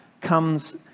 comes